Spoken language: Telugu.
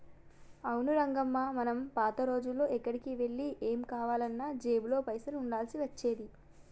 అవును రంగమ్మ మనం పాత రోజుల్లో ఎక్కడికి వెళ్లి ఏం కావాలన్నా జేబులో పైసలు ఉండాల్సి వచ్చేది